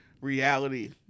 reality